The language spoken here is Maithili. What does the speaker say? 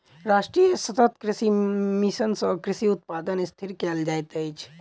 राष्ट्रीय सतत कृषि मिशन सँ कृषि उत्पादन स्थिर कयल जाइत अछि